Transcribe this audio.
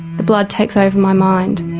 the blood takes over my mind.